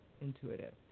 intuitive